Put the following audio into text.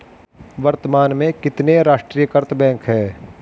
वर्तमान में कितने राष्ट्रीयकृत बैंक है?